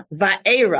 Vaera